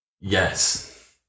Yes